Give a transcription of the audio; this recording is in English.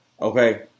Okay